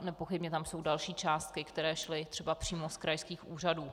Nepochybně jsou tam další částky, které šly třeba přímo z krajských úřadů.